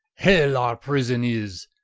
hell our prison is.